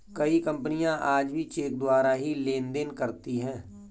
कई कपनियाँ आज भी चेक द्वारा ही लेन देन करती हैं